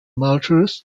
marchers